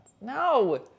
No